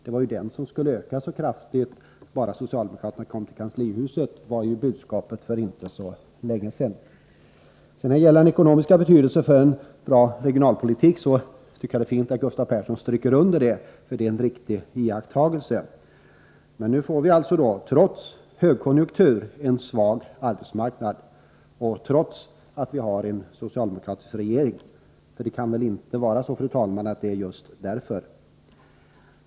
Det var ju den som skulle öka så kraftigt bara socialdemokraterna kom till kanslihuset — det var ju budskapet för inte länge sedan. Jag tycker att det är bra att Gustav Persson stryker under ekonomins betydelse för en bra regionalpolitik, för det är en riktig iakttagelse att det förhåller sig på detta sätt. Men nu får vi alltså en svag arbetsmarknad trots högkonjunktur och trots att vi har en socialdemokratisk regering — för det kan väl inte vara just därför?!